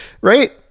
right